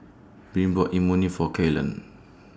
Breann bought Imoni For Ceylon